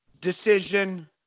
Decision